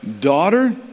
Daughter